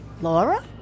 Laura